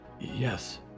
Yes